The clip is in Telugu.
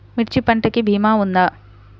మిర్చి పంటకి భీమా ఉందా?